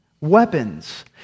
weapons